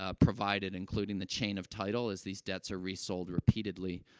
ah provided, including the chain of title, as these debts are resold repeatedly.